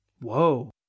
Whoa